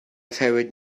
favorite